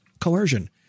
coercion